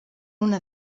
una